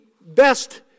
best